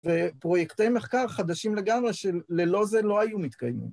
ופרויקטי מחקר חדשים לגמרי שללא זה לא היו מתקיימים.